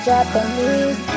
Japanese